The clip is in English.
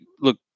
look